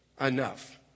enough